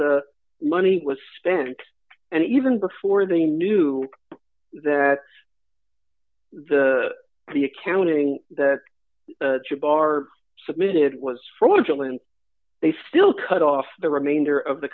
the money was spent and even before they knew that the the accounting bar submitted was fraudulent they still cut off the remainder of the